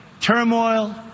turmoil